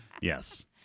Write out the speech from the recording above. Yes